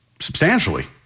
substantially